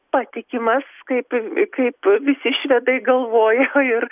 patikimas kaip kaip visi švedai galvoja ir